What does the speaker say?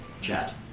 Chat